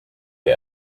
wir